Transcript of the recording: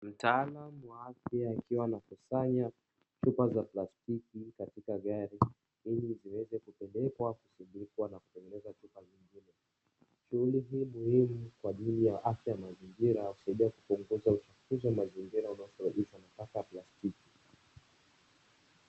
Mtaalamu wa afya akiwa anakusanya chupa za plastiki katika gari ,ili ziweze kupelekwa kusindikwa na kutengeneza chupa zingine. Shughuli hii ni muhimu kwajili ya afya mazingira husaidia kupunguza uchunguzi wa mazingira unaosababishwa na taka ya plastiki.